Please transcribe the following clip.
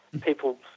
people